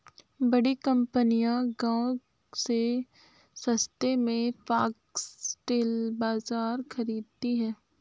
बड़ी कंपनियां गांव से सस्ते में फॉक्सटेल बाजरा खरीदती हैं